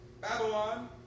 Babylon